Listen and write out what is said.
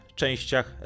częściach